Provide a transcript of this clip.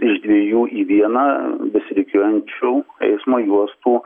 iš dviejų į vieną besirikiuojančių eismo juostų